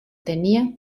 tenía